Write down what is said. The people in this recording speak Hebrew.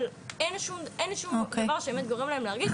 אבל אין שום דבר שגורם להם באמת להרגיש